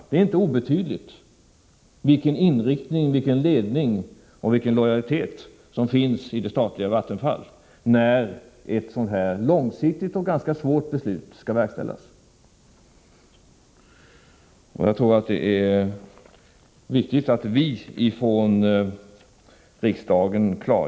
Det är inte oviktigt vilken inriktning, vilken ledning och vilken lojalitet som finns inom det statliga Vattenfall, när ett sådant här långsiktigt och ganska svårt beslut skall verkställas. Jag tror att det är viktigt att vi klargör detta från riksdagen sida.